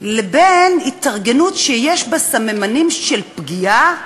לבין התארגנות שיש בה סממנים של פגיעה,